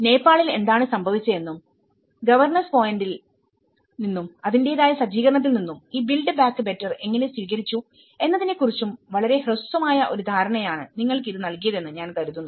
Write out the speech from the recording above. നേപ്പാളിൽ എന്താണ് സംഭവിച്ചതെന്നും ഗവർണസ് പോയിന്റിൽ നിന്നുംഅതിന്റെതായ സജ്ജീകരണത്തിൽ നിന്നും ഈ ബിൽഡ് ബാക്ക് ബെറ്റർ എങ്ങനെ സ്വീകരിച്ചു എന്നതിനെക്കുറിച്ചും വളരെ ഹ്രസ്വമായ ഒരു ധാരണയാണ് നിങ്ങൾക്ക് ഇത് നൽകിയതെന്ന് ഞാൻ കരുതുന്നു